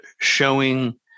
showing